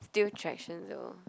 still attractions though